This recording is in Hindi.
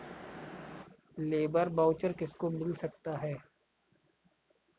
लेबर वाउचर किसको मिल सकता है?